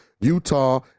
Utah